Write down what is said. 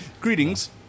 Greetings